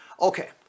Okay